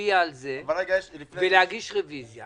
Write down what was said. להצביע על זה ולהגיש רביזיה.